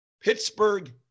Pittsburgh